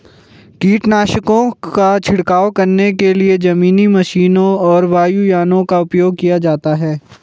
कीटनाशकों का छिड़काव करने के लिए जमीनी मशीनों और वायुयानों का उपयोग किया जाता है